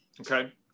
okay